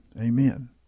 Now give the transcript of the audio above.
Amen